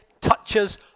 touches